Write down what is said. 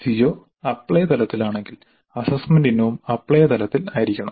CO apply തലത്തിലാണെങ്കിൽ assessment ഇനവും apply തലത്തിൽ ആയിരിക്കണം